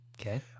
Okay